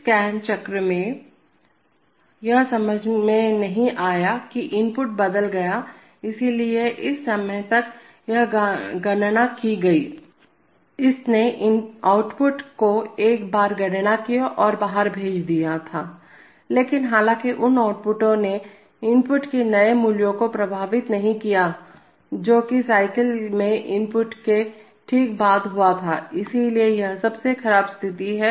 इस स्कैन चक्र में यह समझ में नहीं आया कि इनपुट बदल गया हैइसलिए इस समय तक यह गणना की गई इसने आउटपुट को एक बार गणना किया और बाहर भेज दिया था लेकिन हालांकि उन आउटपुटों ने इनपुट के नए मूल्य को प्रतिबिंबित नहीं किया जो कि साइकिल में इनपुट के ठीक बाद हुआ था इसलिए यह सबसे खराब स्थिति है